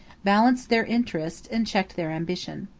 balanced their interests, and checked their ambition.